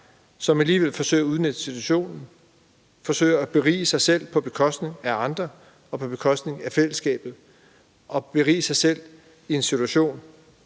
som alligevel forsøger at udnytte situationen, forsøger at berige sig selv på bekostning af andre og på bekostning af fællesskabet og berige sig selv i en situation,